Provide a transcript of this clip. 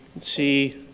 see